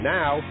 now